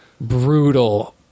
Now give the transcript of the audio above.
brutal